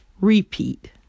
repeat